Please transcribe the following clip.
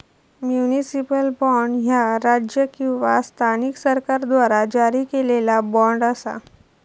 municipal bond, ह्या राज्य किंवा स्थानिक सरकाराद्वारा जारी केलेला बॉण्ड असा